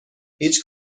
هیچ